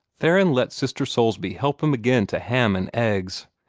theron let sister soulsby help him again to ham and eggs.